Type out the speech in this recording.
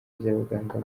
ry’abaganga